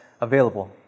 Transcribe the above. available